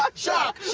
ah shark,